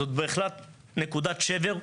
זו נקודת שבר,